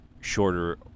shorter